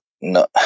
no